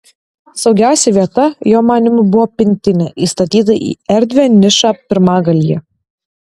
saugiausia vieta jo manymu buvo pintinė įstatyta į erdvią nišą pirmagalyje